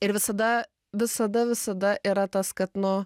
ir visada visada visada yra tas kad nu